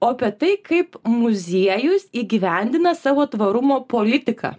o apie tai kaip muziejus įgyvendina savo tvarumo politiką